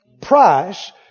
price